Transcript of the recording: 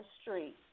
street